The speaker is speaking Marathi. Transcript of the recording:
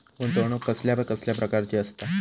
गुंतवणूक कसल्या कसल्या प्रकाराची असता?